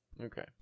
okay